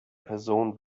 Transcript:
person